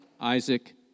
Isaac